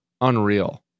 unreal